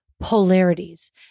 polarities